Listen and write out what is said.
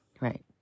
Right